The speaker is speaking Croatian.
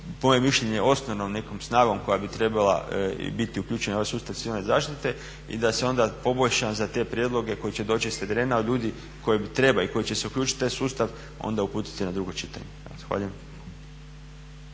mom mišljenju osnovnom nekom snagom koja bi trebala i biti uključena u ovaj sustav civilne zaštite i da se onda poboljša za te prijedloge koje će doći s terena od ljudi koji bi treba i koji će se uključiti u taj sustav, onda uputiti na drugo čitanje. Evo